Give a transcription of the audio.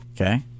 okay